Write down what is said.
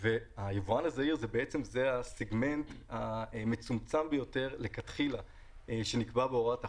היבואן הזעיר זה הסגמנט המצומצם ביותר שנקבע בהוראת החוק,